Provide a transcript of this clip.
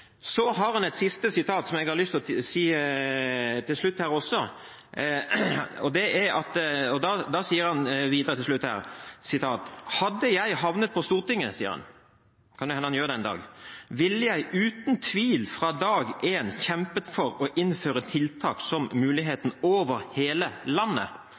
Så er det et siste sitat jeg har lyst til å referere til slutt: «Hadde jeg havnet på Stortinget» – det kan jo hende han gjør det en dag – «ville jeg uten tvil fra dag én kjempet for å innføre tiltak som Muligheten over hele landet.»